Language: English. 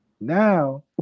Now